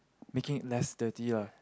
making it less dirty lah